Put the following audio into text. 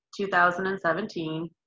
2017